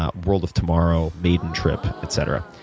ah world of tomorrow, maiden trip, etc.